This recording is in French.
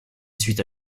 suite